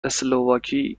اسلواکی